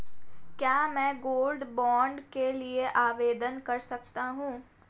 क्या मैं gold bond के लिए आवेदन कर सकता हूं?